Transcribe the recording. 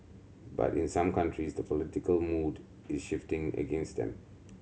but in some countries the political mood is shifting against them